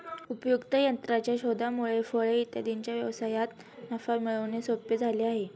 उपयुक्त यंत्राच्या शोधामुळे फळे इत्यादींच्या व्यवसायात नफा मिळवणे सोपे झाले आहे